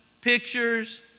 pictures